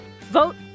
vote